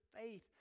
faith